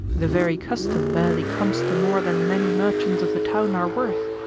the very custom barely comes to more than many merchants of the town are worth,